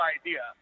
idea